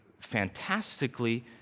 fantastically